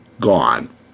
gone